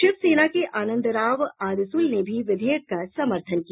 शिव सेना के आनंदराव आदसुल ने भी विधेयक का समर्थन किया